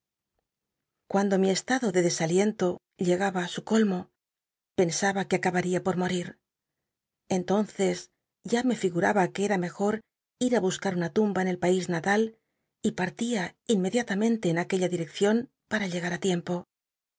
cuando mi desaliento llegaba á su colmo pensaba que acabaría por morir entonces ya me figuraba que era mejor ir á buscar una tumba en el pais na tal y partia inmediatamen te en aquella direccion pam llegar á tiempo